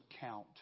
count